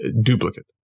duplicate